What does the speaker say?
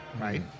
Right